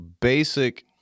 basic